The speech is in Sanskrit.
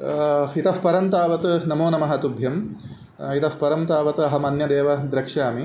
इतः परं तावत् नमो नमः तुभ्यम् इतः परं तावत् अहम् अन्यदेव द्रक्ष्यामि